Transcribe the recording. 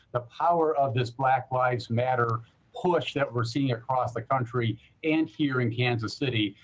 the power of this black lives matter push that we're seeing across the country and here in kansas city.